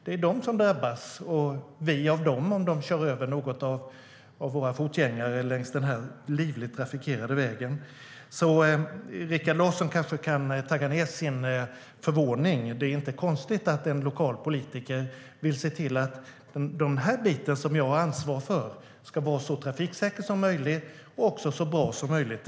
Det är de som drabbas, och vi av dem om de kör över någon av våra fotgängare längs denna livligt trafikerade väg. Rikard Larsson kanske kan tagga ned sin förvåning; det är inte konstigt att en lokal politiker vill se till att den bit som man har ansvar för ska vara så trafiksäker som möjligt och så bra som möjligt.